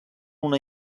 una